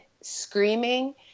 screaming